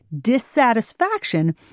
dissatisfaction